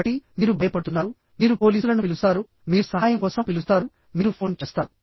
కాబట్టి మీరు భయపడుతున్నారు మీరు పోలీసులను పిలుస్తారుమీరు సహాయం కోసం పిలుస్తారు మీరు ఫోన్ చేస్తారు